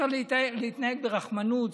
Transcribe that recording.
צריך להתנהג ברחמנות,